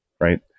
right